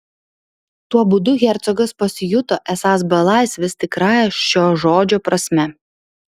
tuo būdu hercogas pasijuto esąs belaisvis tikrąja šio žodžio prasme